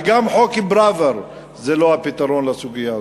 וגם חוק פראוור זה לא הפתרון לסוגיה הזאת.